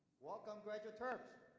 welcome graduate terps!